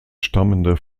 stammende